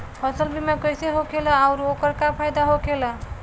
फसल बीमा कइसे होखेला आऊर ओकर का फाइदा होखेला?